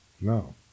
No